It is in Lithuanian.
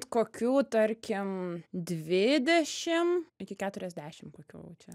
kokių tarkim dvidešim iki keturiasdešim kokių čia